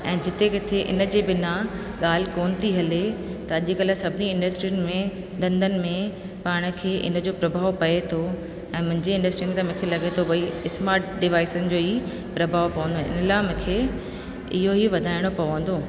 ऐं जिते किथे इन जे बिना ॻाल्हि कोन थी हले त अॼु कल्ह सभिनी इंडस्ट्रीअनि में धंधनि में पाण खे इन जो प्रभाव पए थो ऐं मुंहिंजी इंडस्ट्री में त मूंखे लॻे थो भई स्मार्ट डिवासनि जो ई प्रभाव पवंदो इन लाइ मूंखे इहो ई वधाइणो पवंदो